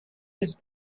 his